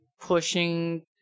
pushing